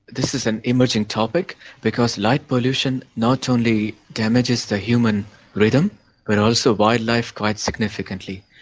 this is an emerging topic because light pollution not only damages the human rhythm but also wildlife quite significantly,